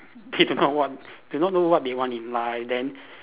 did not want did not know what they want in life then